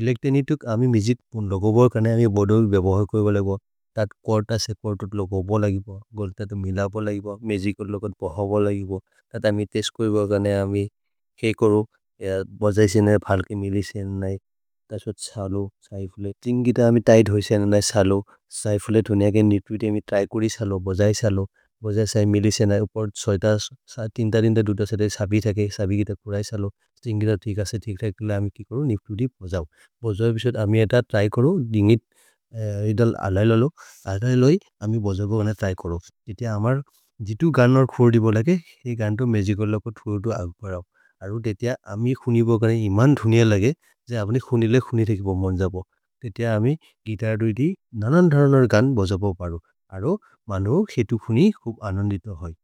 एलेच्त्रोनिच् तुक् अमि मिजित् पुन् लोगो बोल्, कने अमि बोदो बेबोहे कोइ बोले बोल्। तत् कोर्त सेपरतोत् लोगो बोल् लगिबोल्, गोल् ततो मिल बोल् लगिबोल्, मिजिकोत् लोगत् पह बोल् लगिबोल्। तत् अमि तेस्त् कोइ बोल् कने अमि के कोरो, य बजैसेनय्, फल्के मिलिसेनय्, तसो छलो, सैफुले। गुइतर् तीन् अमि तिघ्त् होइसेनय्, छलो, सैफुले तुनि अके नितुइते अमि त्रै कुरि छलो, बजैसेनय्। बजैसेनय् मिलिसेनय्, उपर् छैतस्, तीन्, तीन्, तीन्, तीन्, तु छैतस् सबि थके, सबि गुइतर् कुरैसेनय्। स्त्रिन्ग् गुइतर् थीक् असे, थीक् थ के लिल अमि कि करु, नितुइते पजओ। पजओ एपिसोदे अमि एत त्रै करो, दिन्गित् इधल् अलय् लो लो, अलय् लो हि, अमि बजओ गन त्रै करो। तेतिय अमर् जितु गानोर् खुर्दि बोल के, हि गान्तो मेजिकोत् लोगो थुरु थुरु अग् परओ। अरु तेतिय अमि खुनिबोगने इमन् धुनिअ लगे, ज अप्ने खुनिले खुनितेकेबो मन्जबो। तेतिय अमि गुइतर् दोइति ननन् धरनर् गान् बजबो परो। अरो मनोबो केतु खुनि खुब् अनन्दित होइ।